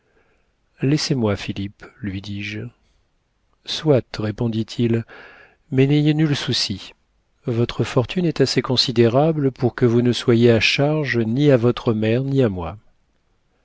laissez-moi philippe lui dis-je soit répondit-il mais n'ayez nul souci votre fortune est assez considérable pour que vous ne soyez à charge ni à votre mère ni à moi